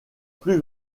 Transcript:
plus